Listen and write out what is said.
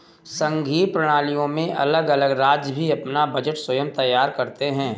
संघीय प्रणालियों में अलग अलग राज्य भी अपना बजट स्वयं तैयार करते हैं